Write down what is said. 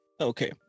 Okay